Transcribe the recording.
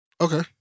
Okay